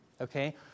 Okay